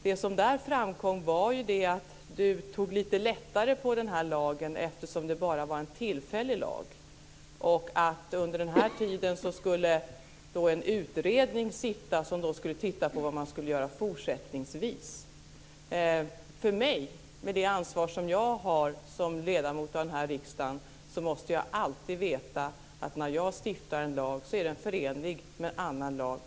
Det som då framkom var att Lotta Nilsson Hedström tar lite lättare på den här lagen eftersom det bara är fråga om en tillfällig lag. Under den här tiden skulle en utredning sitta som skulle titta närmare på vad som fortsättningsvis skulle göras. Med det ansvar som jag som ledamot av denna riksdag har måste jag alltid veta att den lag som jag är med och stiftar är förenlig med annan lag.